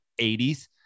80s